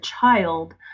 child